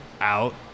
out